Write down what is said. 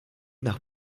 nach